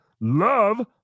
love